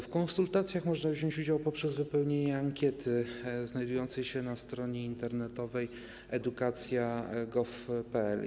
W konsultacjach można wziąć udział poprzez wypełnienie ankiety znajdującej się na stronie internetowej edukacja.gov.pl.